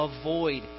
avoid